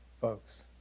folks